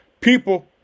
people